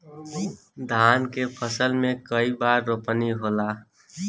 धान के फसल मे कई बार रोपनी होला?